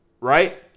right